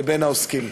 לבין העוסקים.